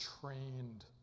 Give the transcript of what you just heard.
trained